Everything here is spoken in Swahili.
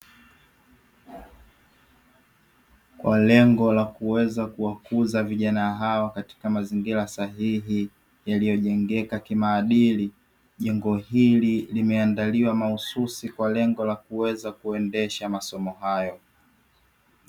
Kwa lengo la kuweza kuwakuza vijana hao katika mazingira sahihi yaliyojengeka kimaadili. Jengo hili limeandaliwa mahususi kwa lengo la kuweza kuendesha masomo haya.